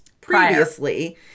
previously